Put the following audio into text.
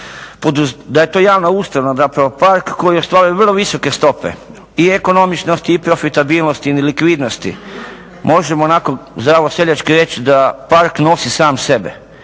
da je to javna ustanova, zapravo park koji ostvaruje vrlo visoke stope i ekonomičnost i profitabilnost i likvidnosti. Možemo onako zdravo seljački reći da park nosi sam sebe.